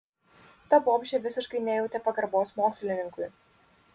ta bobšė visiškai nejautė pagarbos mokslininkui